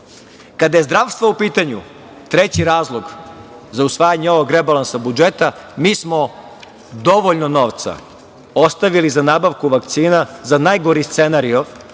je zdravstvo u pitanju, treći razlog za usvajanje ovog rebalansa budžeta, mi smo dovoljno novca ostavili za nabavku vakcina za najgori scenario.